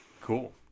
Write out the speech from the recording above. cool